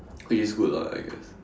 which is good lah I guess